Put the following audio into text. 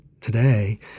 today